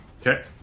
Okay